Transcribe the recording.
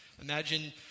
Imagine